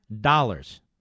dollars